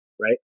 right